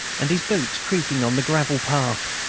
and his boots creaking on the gravel path.